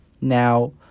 Now